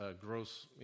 gross